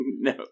No